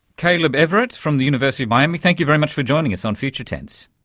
caleb everett, from the university of miami, thank you very much for joining us on future tense.